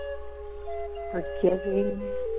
forgiving